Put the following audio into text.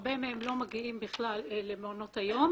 הרבה מהם לא מגיעים בכלל למעונות היום